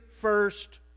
first